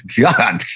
God